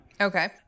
Okay